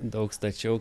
daug stačiau